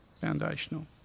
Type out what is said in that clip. foundational